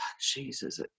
Jesus